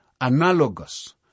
analogous